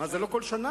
מה, לא כל שנה?